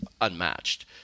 unmatched